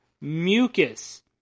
Mucus